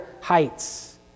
heights